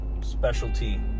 specialty